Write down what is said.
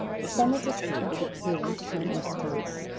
the senator spoke with a clear, sonorous voice,